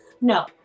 No